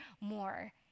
more